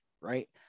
right